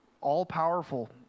all-powerful